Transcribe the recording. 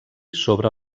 sobre